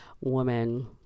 woman